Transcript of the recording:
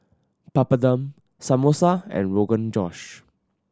Papadum Samosa and Rogan Josh